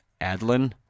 Adlin